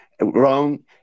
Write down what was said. wrong